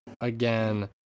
again